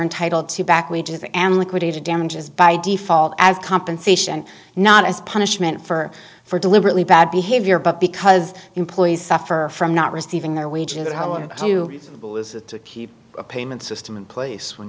entitled to back wages and liquidated damages by default as compensation not as punishment for for deliberately bad behavior but because employees suffer from not receiving their wages how to do is to keep a payment system in place when